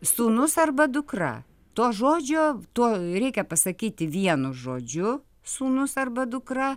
sūnus arba dukra to žodžio to reikia pasakyti vienu žodžiu sūnus arba dukra